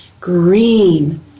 green